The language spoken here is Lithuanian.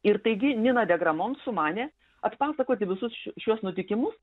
ir taigi nina degramont sumanė atpasakoti visus šiuos nutikimus